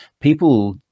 people